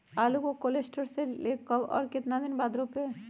आलु को cold store से ले के कब और कितना दिन बाद रोपे?